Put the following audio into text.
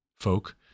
folk